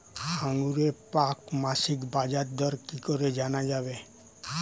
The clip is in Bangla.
আঙ্গুরের প্রাক মাসিক বাজারদর কি করে জানা যাবে?